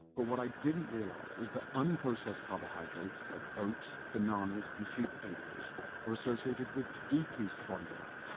but what i didn't realize is that unprocessed carbohydrates like oats, bananas and sweet potatoes are associated with decreased body fat.